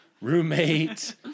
roommate